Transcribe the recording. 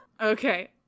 Okay